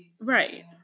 Right